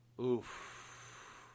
Oof